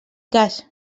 cas